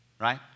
right